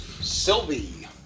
Sylvie